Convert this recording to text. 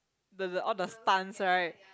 the the all the stunts right